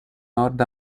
nord